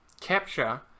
capture